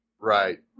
Right